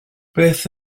beth